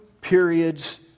periods